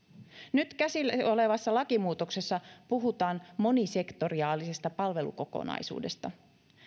nyt käsillä olevassa lakimuutoksessa puhutaan monisektoraalisesta palvelukokonaisuudesta